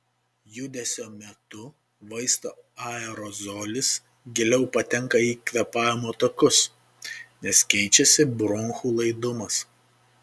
judesio metu vaisto aerozolis giliau patenka į kvėpavimo takus nes keičiasi bronchų laidumas